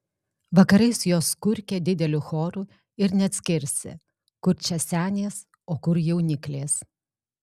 vakarais jos kurkia dideliu choru ir neatskirsi kur čia senės o kur jauniklės